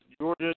Georgia